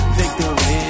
victory